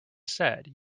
said